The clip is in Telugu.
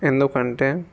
ఎందుకంటే